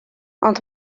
ond